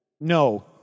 No